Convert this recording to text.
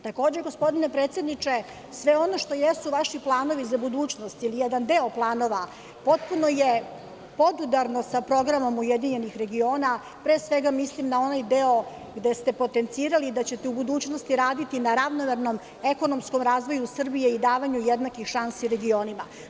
Takođe, gospodine predsedniče sve ono što jesu vaši planovi za budućnost, ili jedan deo planova potpuno je podudarno sa programom URS, pre svega mislim na onaj deo gde ste potencirali da ćete u budućnosti raditi na ravnomernom ekonomskom razvoju Srbije, i davanju jednakih šansi regionima.